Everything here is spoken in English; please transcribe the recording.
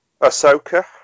Ahsoka